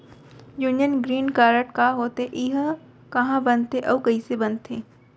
Union green card का होथे, एहा कहाँ बनथे अऊ कइसे बनथे?